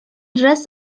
russ